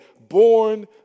born